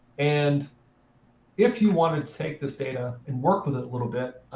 and if you wanted to take this data and work with it a little bit,